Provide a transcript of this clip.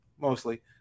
mostly